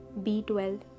B12